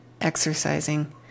exercising